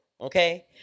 Okay